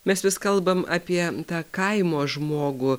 mes vis kalbam apie tą kaimo žmogų